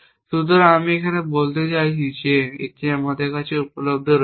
সুতরাং আমি এটি বলতে চেয়েছি যে এটি আমাদের কাছে উপলব্ধ রয়েছে